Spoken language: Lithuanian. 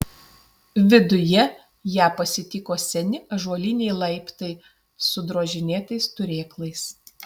viduje ją pasitiko seni ąžuoliniai laiptai su drožinėtais turėklais